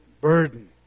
burden